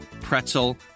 pretzel